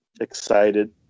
excited